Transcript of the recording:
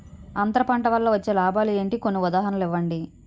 అంతర పంట వల్ల వచ్చే లాభాలు ఏంటి? కొన్ని ఉదాహరణలు ఇవ్వండి?